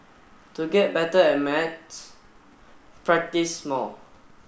to get better at maths practise more